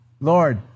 Lord